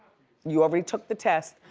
you already took the test.